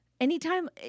Anytime